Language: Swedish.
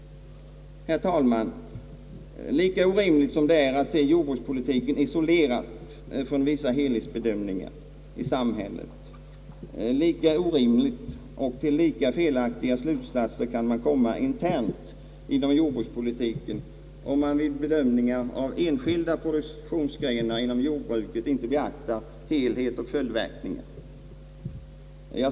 Herr talman! Lika orimligt som det är att se jordbrukspolitiken isolerat från vissa helhetsbedömningar i samhället, lika orimligt och till lika felaktiga slutsatser kan man komma internt inom jordbrukspolitiken, om man vid bedömningar av enskilda produktionsgrenar inom jordbruket inte beaktar helhet och följdverkningar.